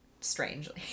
strangely